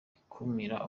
ikumira